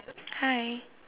hi